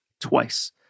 twice